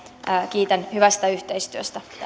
kiitän hyvästä yhteistyöstä